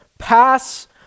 Pass